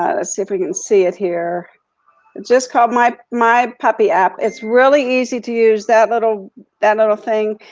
ah ah see if we can see it here. it's just called my my puppy app. it's really easy to use that little that little thing,